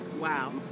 Wow